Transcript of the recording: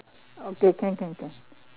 okay can can can